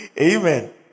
Amen